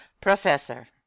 professor